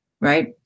right